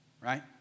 right